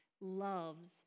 loves